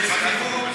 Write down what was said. שכירות,